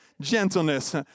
gentleness